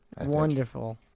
Wonderful